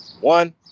one